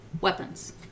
Weapons